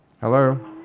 Hello